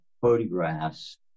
photographs